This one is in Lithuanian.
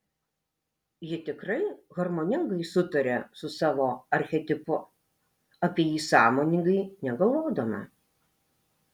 ji tikrai harmoningai sutaria su savo archetipu apie jį sąmoningai negalvodama